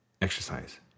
exercise